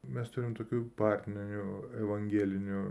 mes turim tokių partnerių evangelinių